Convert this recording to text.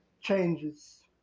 changes